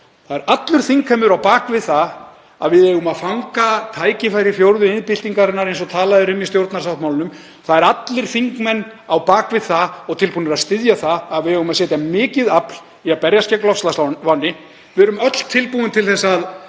mál. Allur þingheimur er á bak við það að við eigum að fanga tækifæri fjórðu iðnbyltingarinnar eins og talað er um í stjórnarsáttmálanum. Það eru allir þingmenn á bak við það og tilbúnir að styðja það að við eigum að setja mikið afl í að berjast gegn loftslagsvánni. Við erum öll tilbúin til að